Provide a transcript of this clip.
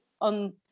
on